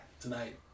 tonight